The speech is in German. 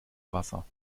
wasser